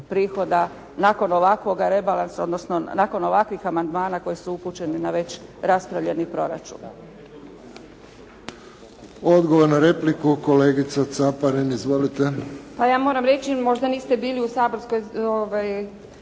prihoda nakon ovakvoga rebalansa, odnosno nakon ovakvih amandmana koji su upućeni na već raspravljeni proračun. **Friščić, Josip (HSS)** Odgovor na repliku, kolegica Caparin. Izvolite. **Caparin, Karmela (HDZ)** Pa ja moram reći, možda niste bili u saborskoj